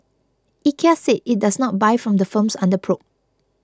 IKEA said it does not buy from the firms under probe